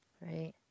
right